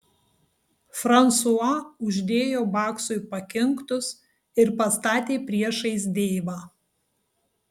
fransua uždėjo baksui pakinktus ir pastatė priešais deivą